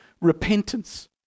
repentance